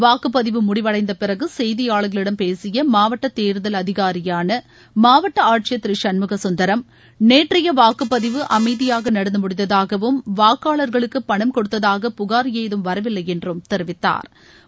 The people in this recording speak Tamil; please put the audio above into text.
வாக்குப்பதிவு முடிவடைந்த பிறகு செய்தியாளர்களிடம் பேசிய மாவட்ட தேர்தல் அதிகாரியான மாவட்ட ஆட்சிபா் திரு சண்முகசுந்தரம் நேற்றைய வாக்குப்பதிவு அமைதியாக நடந்து முடிந்ததாகவும் வாக்காளா்களுக்கு பணம் கொடுத்ததாக புகாா் ஏதும் வரவில்லை என்றும் தெரிவித்தாா்